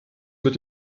mit